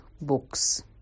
books